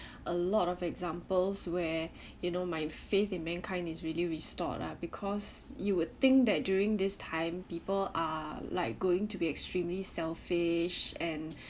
a lot of examples where you know my face in mankind is really restored lah because you would think that during this time people are like going to be extremely selfish and